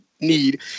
Need